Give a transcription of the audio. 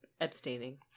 abstaining